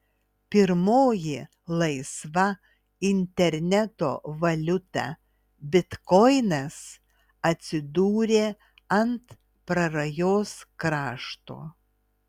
pirmoji laisva interneto valiuta bitkoinas atsidūrė ant prarajos krašto